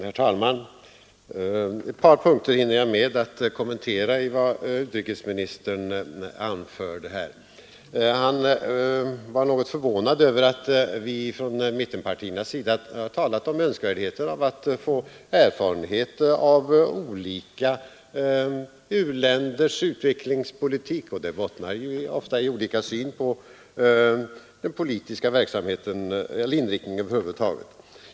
Herr talman! Ett par punkter hinner jag kommentera i utrikesministerns anförande. Utrikesministern var något förvånad över att vi från mittenpartiernas sida talat om önskvärdheten av att få erfarenhet av olika u-länders utvecklingspolitik. Sådana olikheter bottnar ju ofta i olika syn på den politiska verksamheten eller inriktningen av biståndspolitiken över huvud taget.